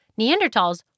Neanderthals